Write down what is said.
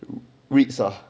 REITs ah